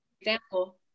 example